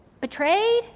Betrayed